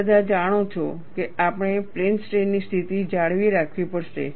તમે બધા જાણો છો કે આપણે પ્લેન સ્ટ્રેઈન ની સ્થિતિ જાળવી રાખવી પડશે